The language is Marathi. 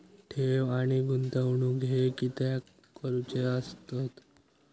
ठेव आणि गुंतवणूक हे कित्याक करुचे असतत?